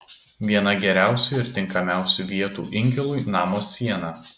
viena geriausių ir tinkamiausių vietų inkilui namo siena